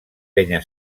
penya